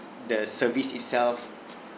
the service itself